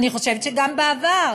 אני חושבת שגם בעבר,